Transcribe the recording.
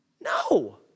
No